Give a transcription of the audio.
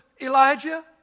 Elijah